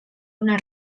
una